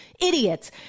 idiots